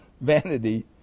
vanity